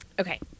Okay